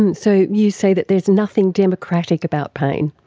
and so you say that there is nothing democratic about pain.